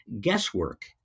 guesswork